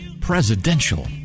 presidential